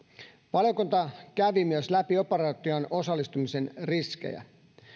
valiokunta kävi myös läpi operaatioon osallistumisen riskejä